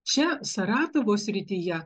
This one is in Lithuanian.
čia saratovo srityje